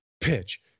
pitch